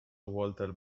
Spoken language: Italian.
walter